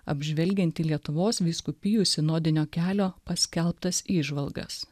apžvelgiantį lietuvos vyskupijų sinodinio kelio paskelbtas įžvalgas